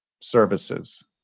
services